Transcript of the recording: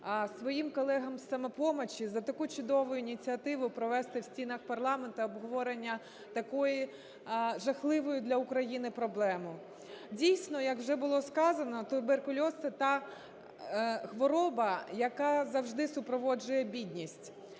своїм колегам з "Самопомочі" за таку чудову ініціативу провести в стінах парламенту обговорення такої жахливої для України проблеми. Дійсно, як вже було сказано, туберкульоз - це та хвороба, яка завжди супроводжує бідність,